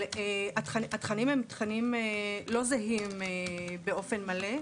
אבל התכנים הם תכנים לא זהים באופן מלא.